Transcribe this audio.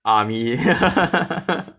army